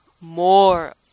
more